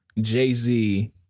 Jay-Z